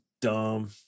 dumb